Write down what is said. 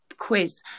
Quiz